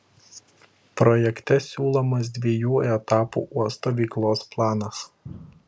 projekte siūlomas dviejų etapų uosto veiklos planas